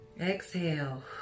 exhale